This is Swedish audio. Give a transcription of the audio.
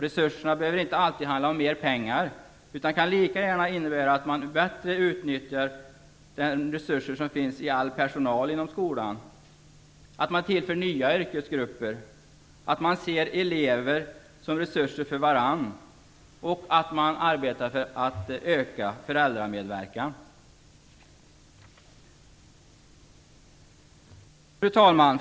Resurserna behöver inte alltid handla om mera pengar, utan de kan lika gärna innebära ett bättre utnyttjande av all personal inom skolan, att tillföra nya yrkesgrupper, att se eleverna som resurser för varandra eller en ökad föräldramedverkan. Fru talman!